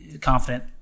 confident